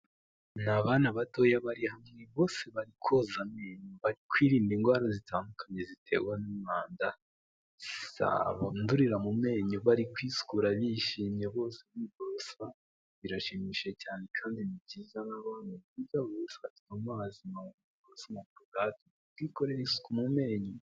Ni bana batoya bari hamwe bose bari koza kwirinda indwara zitandukanye zitewe n'umwanda zadurira mu menyo, bari kwisukura bishimye bose birashimishije cyane kandi byiza mu amazi ubuzima bwa mu menyo.